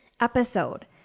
episode